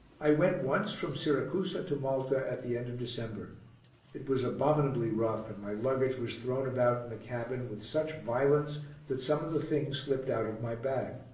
i went once from siracusa to malta at the end of december it was abominably rough, and my luggage was thrown about in the cabin with such violence that some of the things slipped out of my bag.